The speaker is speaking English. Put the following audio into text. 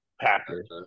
Packers